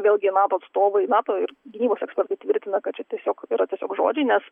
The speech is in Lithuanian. vėlgi nato atstovai nato ir gynybos ekspertai tvirtina kad čia tiesiog yra tiesiog žodžiai nes